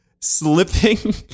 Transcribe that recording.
slipping